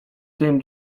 tym